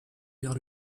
vers